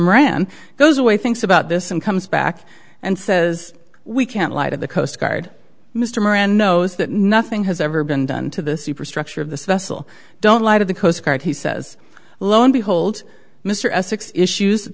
moran goes away thinks about this and comes back and says we can't light of the coast guard mr moran knows that nothing has ever been done to the superstructure of this vessel don't lie to the coast guard he says lo and behold mr essex issues th